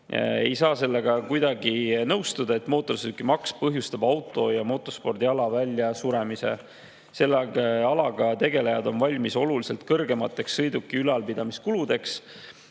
Ei saa kuidagi nõustuda, et mootorsõidukimaks põhjustab auto- ja motospordiala väljasuremise. Selle alaga tegelejad on valmis oluliselt kõrgemateks sõiduki ülalpidamiskuludeks.